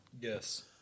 Yes